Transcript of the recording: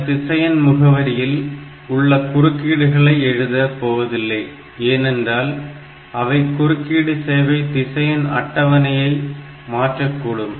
இந்த திசையன் முகவரியில் உள்ள குறியீடுகளை இங்கே எழுதப்போவதில்லை ஏனென்றால் அவை குறுக்கீட்டு சேவை திசையன் அட்டவணையை மாற்றக் கூடும்